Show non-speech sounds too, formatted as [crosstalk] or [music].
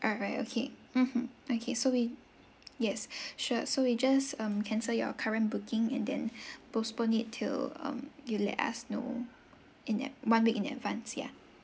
alright okay mmhmm okay so we yes [breath] sure so we just um cancel your current booking and then [breath] postpone it to um you let us know in ad~ one week in advance yeah